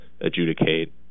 adjudicate